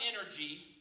energy